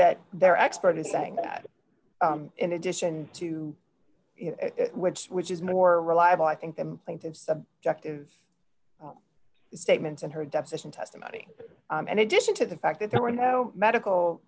that their expert is saying that in addition to which which is more reliable i think the statements in her deposition testimony and addition to the fact that there were no medical